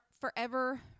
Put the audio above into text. forever